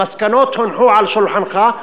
המסקנות הונחו על שולחנך,